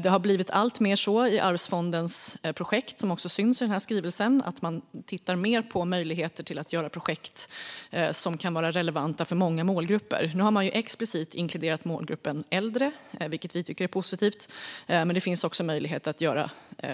Det har blivit alltmer så i arvsfondens projekt, som också syns i skrivelsen, att man tittar mer på möjligheter att göra projekt som kan vara relevanta för många målgrupper. Nu har man explicit inkluderat målgruppen äldre, vilket vi tycker är positivt. Men det finns möjlighet att göra